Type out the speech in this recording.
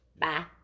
Bye